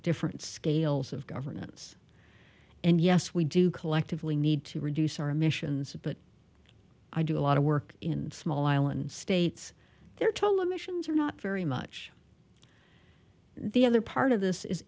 different scales of governance and yes we do collectively need to reduce our emissions but i do a lot of work in small island states their toll emissions are not very much the other part of this is